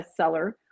bestseller